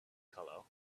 color